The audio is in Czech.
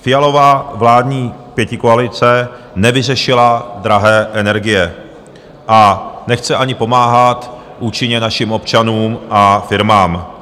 Fialova vládní pětikoalice nevyřešila drahé energie a nechce ani pomáhat účinně našim občanům a firmám.